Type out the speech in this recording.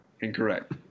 Incorrect